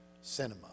Cinema